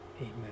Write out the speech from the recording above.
Amen